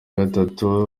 gatatu